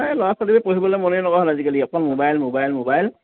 এই ল'ৰা ছোৱালী পঢ়িবলে মনেই নকৰা হ'ল আজিকালি অকল মোবাইল মোবাইল মোবাইল